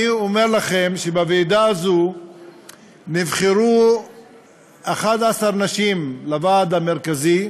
אני אומר לכם שבוועידה הזו נבחרו 11 נשים לוועד המרכזי,